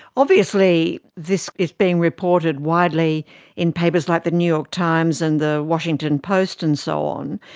obviously this is being reported widely in papers like the new york times and the washington post and so on,